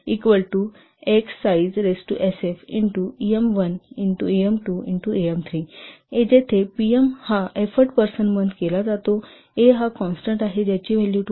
pmAx xxx जेथे pm हा effort person month केला जातो A हा कॉन्स्टन्ट आहे ज्याची व्हॅल्यू 2